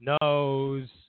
nose